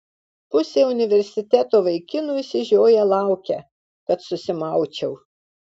pusė universiteto vaikinų išsižioję laukia kad susimaučiau